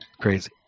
Crazy